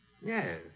Yes